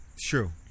True